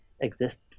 exist